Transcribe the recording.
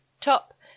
top